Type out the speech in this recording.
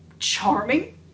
charming